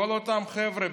כל אותם חבר'ה,